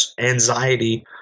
anxiety